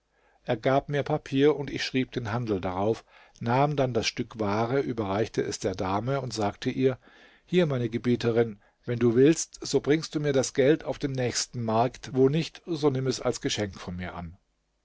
er gab mir papier und ich schrieb den handel darauf nahm dann das stück ware überreichte es der dame und sagte ihr hier meine gebieterin wenn du willst so bringst du mir das geld auf den nächsten markt wo nicht so nimm es als geschenk von mir an